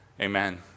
Amen